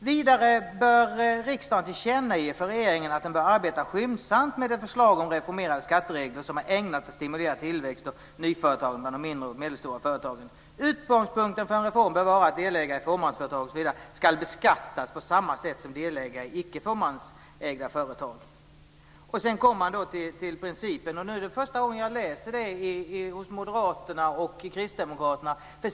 "Vidare bör riksdagen tillkännage till regeringen att den bör arbeta skyndsamt med ett förslag om reformerade skatteregler som är ägnat att stimulera tillväxt och nyföretagande bland mindre och medelstora företag. Utgångspunkten för en reform bör vara att delägare i fåmansföretag skall beskattas på samma sätt som delägare i icke fåmansägda företag." skriver reservanterna. Sedan kommer man till principen. Det är första gången jag läser detta hos moderaterna och kristdemokraterna.